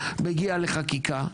מגיעה לחקיקה?